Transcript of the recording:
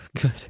good